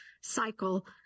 cycle